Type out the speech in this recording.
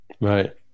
Right